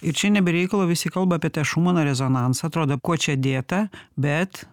ir čia ne be reikalo visi kalba apie tą šumano rezonansą atrodo kuo čia dėta bet